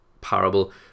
parable